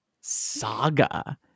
saga